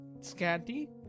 scanty